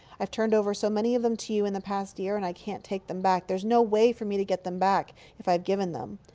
i've turned over so many of them to you in the past year. and i can't take them back. there's no way for me to get them back if i have given them.